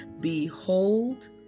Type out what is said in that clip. behold